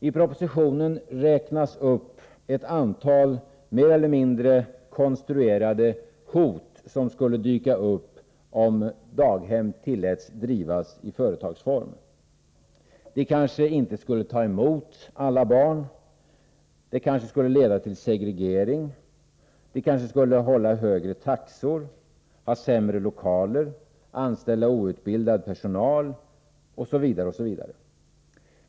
I propositionen räknas upp ett antal mer eller mindre konstruerade hot som skulle dyka upp, om man tillät att daghem drevs i företagsform. Det kanske inte skulle ta emot alla barn, det kanske skulle leda till segregering, det kanske skulle hålla högre taxor, ha sämre lokaler, anställa outbildad personal osv.